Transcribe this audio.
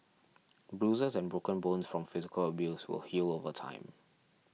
bruises and broken bones from physical abuse will heal over time